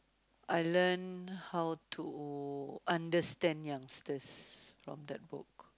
I learn how to understand youngsters from that book